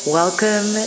welcome